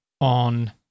on